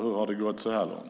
Hur har det gått så här långt?